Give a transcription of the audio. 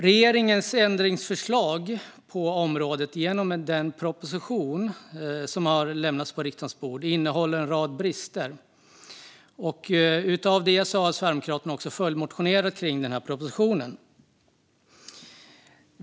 Regeringens ändringsförslag på området genom den proposition som har lämnats på riksdagens bord innehåller en rad brister. Utifrån det har Sverigedemokraterna också följdmotionerat kring propositionen.